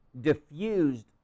diffused